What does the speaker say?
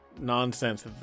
nonsense